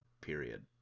period